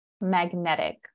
magnetic